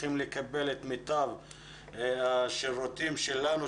צריכים לקבל את מיטב השירותים שלנו,